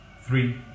three